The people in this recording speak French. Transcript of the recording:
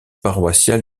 paroissiale